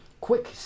quick